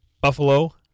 Buffalo